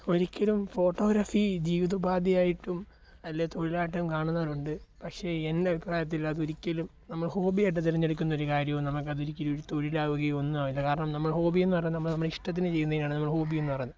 ഒരിക്കലും ഫോട്ടോഗ്രാഫി ജീവിതോപാധിയായിട്ടും അല്ലെങ്കിൽ തൊഴിലായിട്ടും കാണുന്നവരുണ്ട് പക്ഷേ എൻ്റെ അഭിപ്രായത്തിൽ അതൊരിക്കലും നമ്മൾ ഹോബിയായിട്ട് തിരഞ്ഞെടുക്കുന്നൊരു കാര്യവും നമുക്കതൊരിക്കലും ഒരു തൊഴിലാവുകയോ ഒന്നും ആവില്ല കാരണം നമ്മൾ ഹോബിയെന്ന് പറയുന്നത് നമ്മൾ നമ്മുടെ ഇഷ്ടത്തിന് ചെയ്യുന്നതിനെ ആണ് നമ്മൾ ഹോബി എന്നു പറയുന്നത്